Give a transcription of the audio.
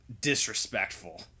disrespectful